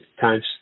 times